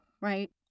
right